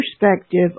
perspective